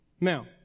Now